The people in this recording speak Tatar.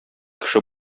кеше